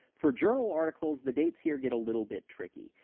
for journal articles, the dates here get a little bit tricky.